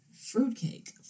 fruitcake